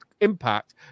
impact